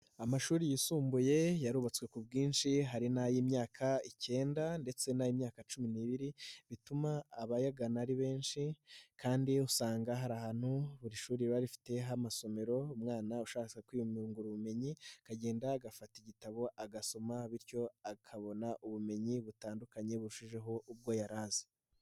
Amashuri yisumbuye yarubatswe ku bwinshi hari n'ay'imyaka ikenda ndetse n'imyaka cumi n'ibiri, bituma abayagana ari benshi kandi usanga hari ahantu buri shuri riba rifite ah'amasomero, umwana ushakatse kwiyungura ubumenyi akagenda agafata igitabo agasoma, bityo akabona ubumenyi butandukanye burushijeho ubwo yari azi.